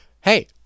hey